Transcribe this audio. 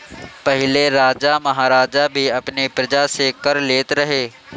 पहिले राजा महाराजा भी अपनी प्रजा से कर लेत रहे